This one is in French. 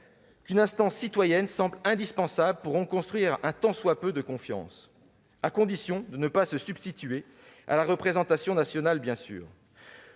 qu'une instance citoyenne semble indispensable pour reconstruire un tant soit peu de confiance- à condition de ne pas la substituer à la représentation nationale, bien sûr.